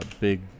big